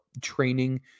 training